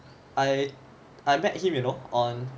I met him you know on